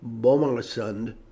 Bomarsund